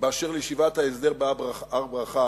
בעניין ישיבת ההסדר בהר-ברכה